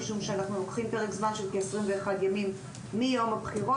משום שאנחנו לוקחים פרק זמן של כ-21 ימים מיום הבחירות.